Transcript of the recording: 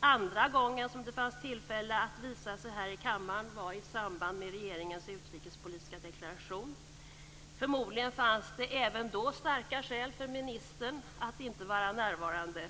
Den andra gången som det fanns tillfälle att visa sig här i kammaren var i samband med regeringens utrikespolitiska deklaration. Förmodligen fanns det även då starka skäl för ministern att inte vara närvarande.